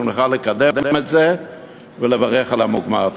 שנוכל לקדם את זה ולברך על המוגמר.